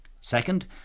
Second